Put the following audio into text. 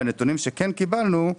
מהנתונים שכן קיבלנו,